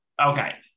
Okay